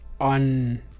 on